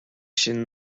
ŝin